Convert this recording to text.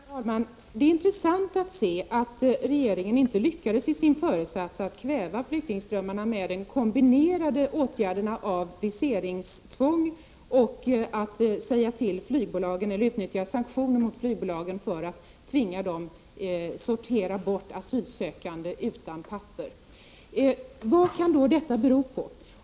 Herr talman! Det är intressant att se att regeringen inte lyckades i sin föresats att kväva flyktingströmmarna med de kombinerade åtgärderna viseringstvång och sanktioner mot flygbolagen för att tvinga dem att sortera bort asylsökande utan papper. Vad kan då detta bero på?